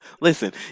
listen